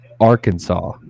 Arkansas